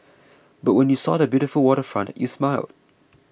but when you saw the beautiful waterfront you smiled